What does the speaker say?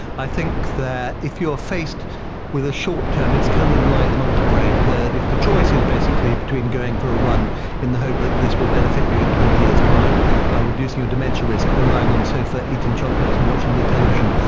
i think that if you're faced with a short term, it's kind of like the monkey brain, that if the choice is basically between going for a run in the hope that this will benefit you in twenty years' time by reducing your dementia risk, or lying on the sofa, eating chocolates and watching television,